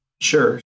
Sure